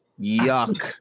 Yuck